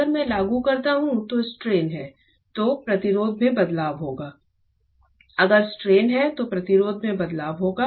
अगर मैं लागू करता हूं तो स्ट्रेन है तो प्रतिरोध में बदलाव होगा अगर स्ट्रेन है तो प्रतिरोध में बदलाव होगा